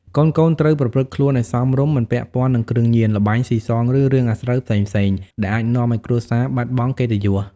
កូនៗត្រូវប្រព្រឹត្តខ្លួនឲ្យសមរម្យ មិនពាក់ព័ន្ធនឹងគ្រឿងញៀន ល្បែងស៊ីសង ឬរឿងអាស្រូវផ្សេងៗ ដែលអាចនាំឲ្យគ្រួសារបាត់បង់កិត្តិយស។